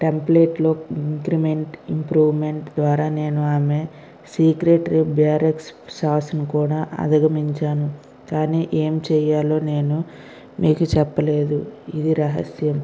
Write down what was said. template లో increment improvement ద్వారా నేను ఆమె సీక్రెట్ బ్యారెక్స్ సాస్ ను కూడా అధికమించాను కానీ ఏం చేయాలో నేను మీకు చెప్పలేదు ఇది రహస్యం